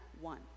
one